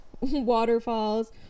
waterfalls